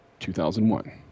2001